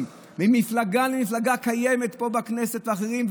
ממפלגה למפלגה מהקיימות פה בכנסת ואצל אחרים.